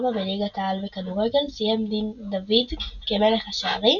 בליגת העל בכדורגל סיים דוד כמלך השערים,